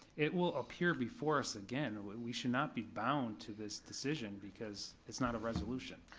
it will appear before us again. we should not be bound to this decision because it's not a resolution,